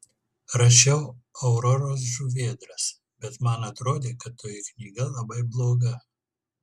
rašiau auroros žuvėdras bet man atrodė kad toji knyga labai bloga